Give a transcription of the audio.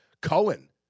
Cohen